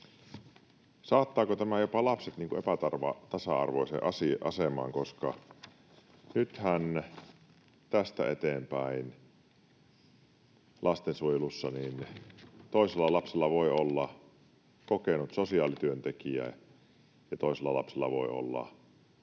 Saattaako tämä jopa lapset epätasa-arvoiseen asemaan, koska nythän tästä eteenpäin lastensuojelussa toisella lapsella voi olla kokenut sosiaalityöntekijä ja toisella lapsella voi olla